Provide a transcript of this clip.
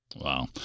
Wow